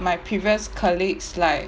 my previous colleagues like